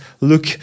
look